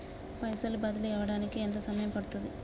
పైసలు బదిలీ అవడానికి ఎంత సమయం పడుతది?